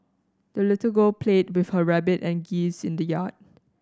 the little girl played with her rabbit and geese in the yard